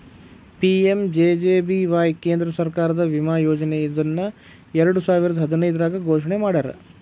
PMJJBY ಕೇಂದ್ರ ಸರ್ಕಾರದ ವಿಮಾ ಯೋಜನೆ ಇದನ್ನ ಎರಡುಸಾವಿರದ್ ಹದಿನೈದ್ರಾಗ್ ಘೋಷಣೆ ಮಾಡ್ಯಾರ